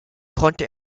konnte